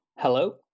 Hello